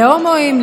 להומואים,